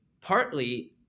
partly